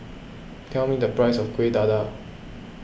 tell me the price of Kueh Dadar